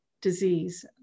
disease